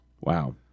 wow